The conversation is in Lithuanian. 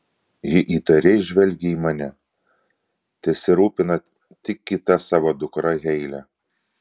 ji įtariai žvelgia į mane tesirūpina tik kita savo dukra heile